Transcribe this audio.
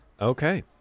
Okay